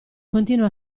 continua